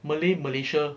malay malaysia